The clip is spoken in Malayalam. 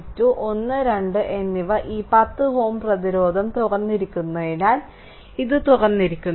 1 2 എന്നിവ ഈ 10 Ω പ്രതിരോധം തുറന്നിരിക്കുന്നതിനാൽ ഇത് തുറന്നിരിക്കുന്നു